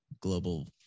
global